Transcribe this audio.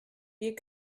wir